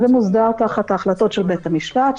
זה מוסדר תחת ההחלטות של בית המשפט,